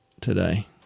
today